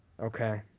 Okay